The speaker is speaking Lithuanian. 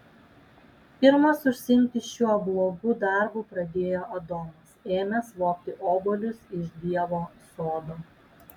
pirmas užsiimti šiuo blogu darbu pradėjo adomas ėmęs vogti obuolius iš dievo sodo